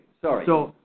Sorry